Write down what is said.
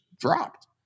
dropped